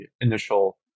initial